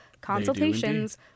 consultations